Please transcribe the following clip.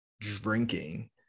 drinking